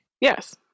yes